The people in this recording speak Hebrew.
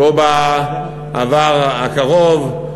לא בעבר הקרוב,